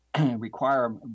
require